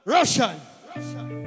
Russian